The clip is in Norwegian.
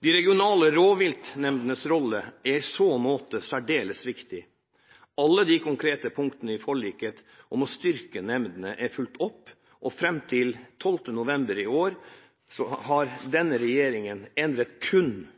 De regionale rovviltnemndenes rolle er i så måte særdeles viktig. Alle de konkrete punktene i forliket om å styrke nemndene er fulgt opp, og fram til 12. november i år har denne regjeringen endret kun